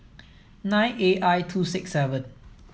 nine A I two six seven